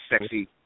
sexy